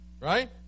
right